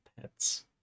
pets